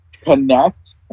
connect